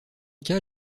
cas